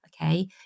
Okay